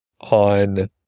on